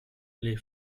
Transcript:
les